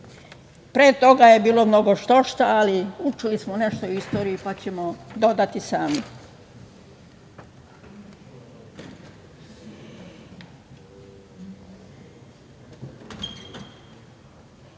Pre toga je bilo mnogo što-šta, ali učili smo nešto u istoriji pa ćemo dodati sami. Mi